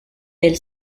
del